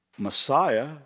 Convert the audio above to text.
Messiah